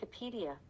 Wikipedia